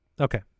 Okay